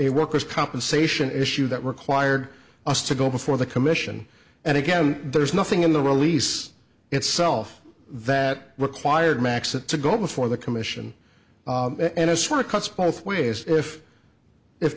it workers compensation issue that required us to go before the commission and again there's nothing in the release itself that required maxa to go before the commission and as for cuts both ways if if